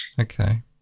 Okay